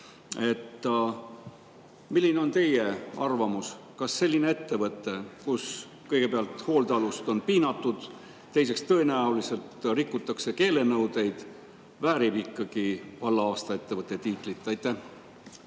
Milline on teie arvamus? Kas selline ettevõte, kus kõigepealt on hoolealust piinatud ja teiseks, tõenäoliselt rikutakse ka keelenõudeid, väärib ikkagi valla aasta ettevõtte tiitlit? Aitäh,